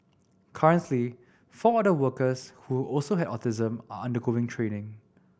currently four other workers who also have autism are undergoing training